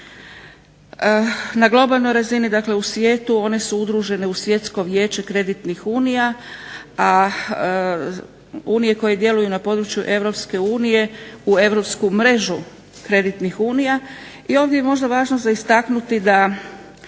Na globalnoj razini, dakle u svijetu one su udružene u Svjetsko vijeće kreditnih unija, a unije koje djeluju na području Europske unije u europsku mrežu kreditnih unija. I ovdje je možda važno za istaknuti da